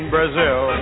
Brazil